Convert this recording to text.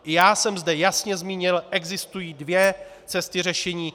I já jsem zde jasně zmínil, že existují dvě cesty řešení.